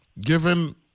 given